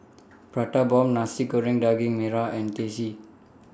Prata Bomb Nasi Goreng Daging Merah and Teh C